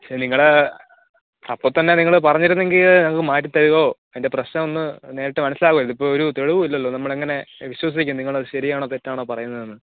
നിങ്ങളുടെ അപ്പം തന്നെ നിങ്ങൾ പറഞ്ഞിരുന്നെങ്കിൽ ഞങ്ങൾക്ക് മാറ്റിത്തരുവോ അതിൻ്റെ പ്രശ്നമൊന്ന് നേരിട്ട് മനസ്സിലാകുവല്ലോ ഇപ്പോൾ ഒരു തെളിവും ഇല്ലല്ലോ നമ്മൾ എങ്ങനെ വിശ്വസിക്കും നിങ്ങൾ ശരിയാണോ തെറ്റാണോ പറയുന്നതെന്ന്